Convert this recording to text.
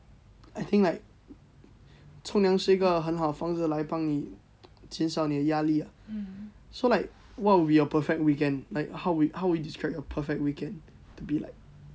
I think like 冲凉是一个很好的方式来帮你减少你的压力啊 so like what would your perfect weekend like how how would you describe your perfect weekend be like